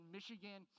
Michigan